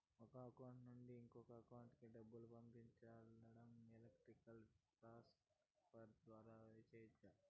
ఒక అకౌంట్ నుండి ఇంకో అకౌంట్ కి డబ్బులు పంపించడం ఎలక్ట్రానిక్ ట్రాన్స్ ఫర్ ద్వారా చెయ్యచ్చు